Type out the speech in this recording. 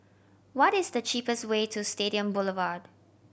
what is the cheapest way to Stadium Boulevard